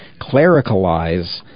clericalize